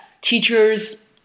teachers